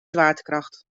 zwaartekracht